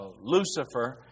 Lucifer